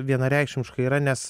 vienareikšmiškai yra nes